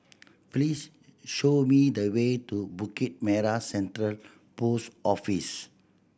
please show me the way to Bukit Merah Central Post Office